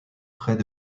près